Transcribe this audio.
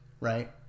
right